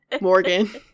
Morgan